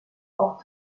auch